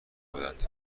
بودند